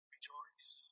Rejoice